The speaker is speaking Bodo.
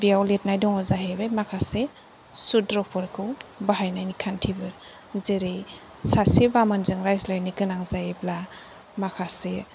बेयाव लिरनाय दङ जाहैबाय माखासे सुद्रफोरखौ बाहायनायनि खान्थिफोर जेरै सासे बामोनजों रायज्लायनो गोनां जायोब्ला माखासे